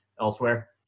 elsewhere